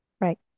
Right